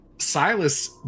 silas